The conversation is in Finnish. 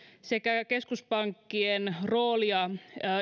sekä keskuspankkien roolia